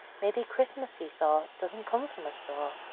maybe christmas, he thought, doesn't come from a store.